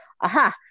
aha